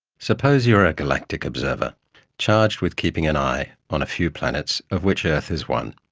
suppose you are a galactic observer charged with keeping an eye on a few planets, of which earth is one.